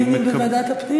אתם מעוניינים בוועדת הפנים?